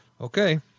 Okay